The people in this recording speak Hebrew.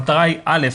המטרה היא א.